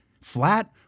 flat